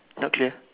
okay